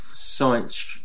science